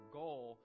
goal